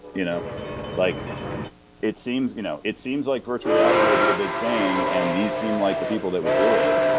you know like it seems you know it seems like virtual reality will be a big thing, and these seem like the people that would do it.